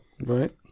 right